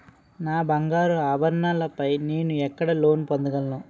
నా బంగారు ఆభరణాలపై నేను ఎక్కడ లోన్ పొందగలను?